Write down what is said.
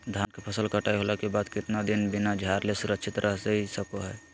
धान के फसल कटाई होला के बाद कितना दिन बिना झाड़ले सुरक्षित रहतई सको हय?